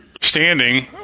standing